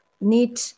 need